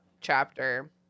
chapter